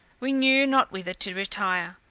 we knew not whither to retire.